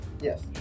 Yes